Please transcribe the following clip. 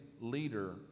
leader